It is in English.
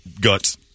guts